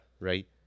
Right